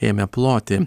ėmė ploti